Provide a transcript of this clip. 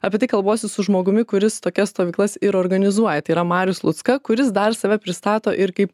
apie tai kalbuosi su žmogumi kuris tokias stovyklas ir organizuoja tai yra marius lucka kuris dar save pristato ir kaip